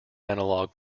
analog